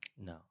no